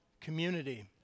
community